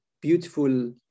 beautiful